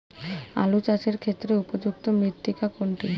আলু চাষের ক্ষেত্রে উপযুক্ত মৃত্তিকা কোনটি?